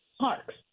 parks